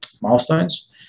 milestones